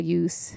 use